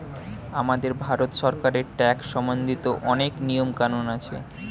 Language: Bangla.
আমাদের ভারত সরকারের ট্যাক্স সম্বন্ধিত অনেক নিয়ম কানুন আছে